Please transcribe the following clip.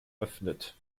öffnet